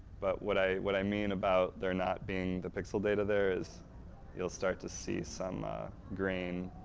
but what i what i mean about there not being the pixel data there, is you'll start to see some grain,